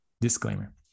Disclaimer